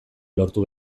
lortu